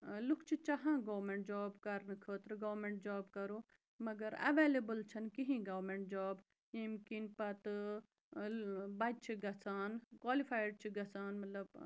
لُکھ چھِ چاہان گورمٮ۪نٛٹ جاب کَرنہٕ خٲطرٕ گورمٮ۪نٛٹ جاب کَرو مگر اٮ۪وٮ۪لیبٕل چھَنہٕ کِہیٖنۍ گورمٮ۪نٛٹ جاب ییٚمۍ کِنۍ پَتہٕ بَچہٕ چھِ گژھان کالِفایِڈ چھِ گژھان مطلب